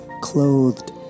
clothed